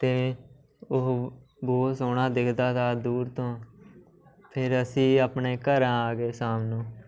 ਅਤੇ ਉਹ ਬਹੁਤ ਸੋਹਣਾ ਦਿਖਦਾ ਤਾ ਦੂਰ ਤੋਂ ਫਿਰ ਅਸੀਂ ਆਪਣੇ ਘਰਾਂ ਆ ਗਏ ਸ਼ਾਮ ਨੂੰ